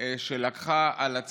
ולא פחות מכך את אגודת FIDF,